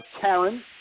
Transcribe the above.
Karen